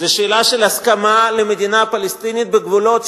זאת שאלה של הסכמה למדינה פלסטינית בגבולות 67'